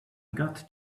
got